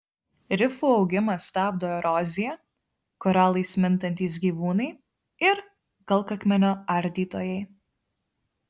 rifų augimą stabdo erozija koralais mintantys gyvūnai ir kalkakmenio ardytojai